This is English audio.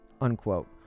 unquote